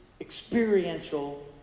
experiential